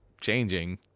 changing –